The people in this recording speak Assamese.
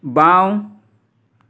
বাঁও